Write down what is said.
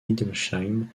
hildesheim